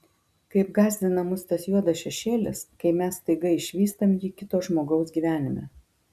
kaip gąsdina mus tas juodas šešėlis kai mes staiga išvystam jį kito žmogaus gyvenime